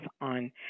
on